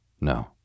No